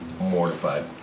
mortified